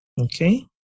okay